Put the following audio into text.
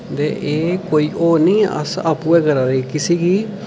ते एह् कोई होर नेईं अस आपूं गै करै दे कुसै गी